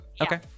Okay